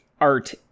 art